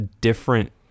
different